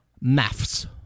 Maths